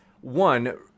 one